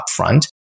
upfront